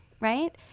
Right